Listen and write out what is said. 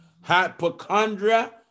hypochondria